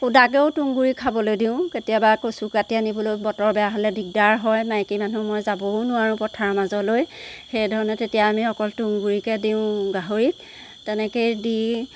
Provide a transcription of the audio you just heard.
শুদাকেও তুঁহগুৰি খাবলৈ দিওঁ কেতিয়াবা আকৌ কচু কাটি আনিবলৈ বতৰ বেয়া হ'লে দিগদাৰ হয় মাইকী মানুহ মই যাবও নোৱাৰো পথাৰৰ মাজলৈ সেইধৰণে তেতিয়া আমি অকল তুঁহগুৰিকে দিওঁ গাহৰিক তেনেকেই দি